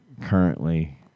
currently